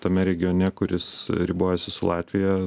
tame regione kuris ribojasi su latvija